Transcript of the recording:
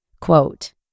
Quote